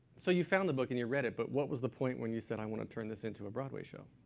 so you found the book and you read it. but what was the point when you said, i want to turn this into a broadway show?